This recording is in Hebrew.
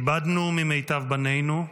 איבדנו ממיטב בנינו,